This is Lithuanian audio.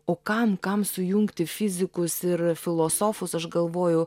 o kam kam sujungti fizikus ir filosofus aš galvojau